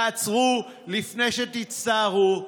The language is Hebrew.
תעצרו לפני שתצטערו.